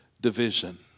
division